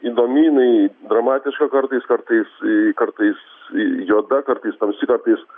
įdomi jinai dramatiška kartais kartais kartais juoda kartais tamsi kartais